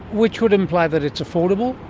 which would imply that it's affordable?